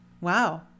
Wow